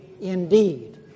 indeed